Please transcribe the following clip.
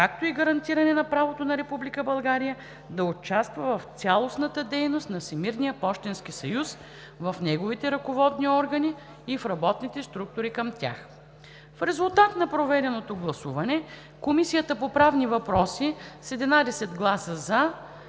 както и гарантиране на правото на Република България да участва в цялостната дейност на Всемирния пощенски съюз, в неговите ръководни органи и в работните структури към тях. В резултат на проведеното гласуване Комисията по правни въпроси с 11 гласа „за“,